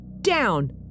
Down